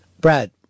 Brad